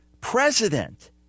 president